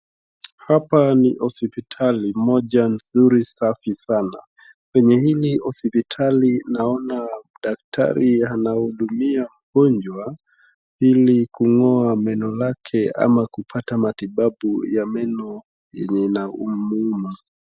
Hapa ni hospitali moja nzuri safi sana, kwenye hili hospitali naona daktari anahudumia mgonjwa hili kungoa meno lake ama kupata matibabu ya meno yenye inamuuma.